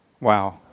Wow